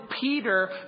Peter